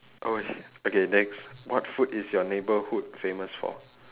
!oi! okay next what food is your neighbourhood famous for